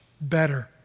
better